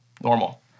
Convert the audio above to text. normal